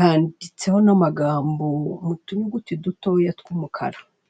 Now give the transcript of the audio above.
handitseho n'amagambo mu tunyuguti dutoya tw'umukara.